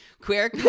Queer